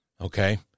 Okay